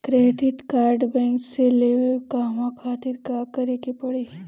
Credit card bank से लेवे कहवा खातिर का करे के पड़ी?